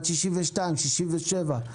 בת 62 ובן 67,